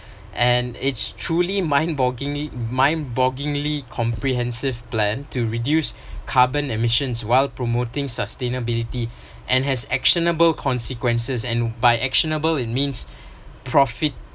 and it's truly mind boggling mind bogglingly comprehensive plan to reduce carbon emissions while promoting sustainability and has actionable consequences and by actionable it means profit